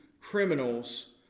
criminals